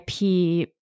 IP